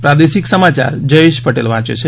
પ્રાદેશિક સમાચાર જયેશ પટેલ વાંચે છે